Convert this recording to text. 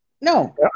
No